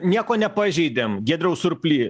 nieko nepažeidėm giedriau surply